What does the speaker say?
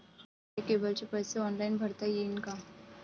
मले केबलचे पैसे ऑनलाईन भरता येईन का?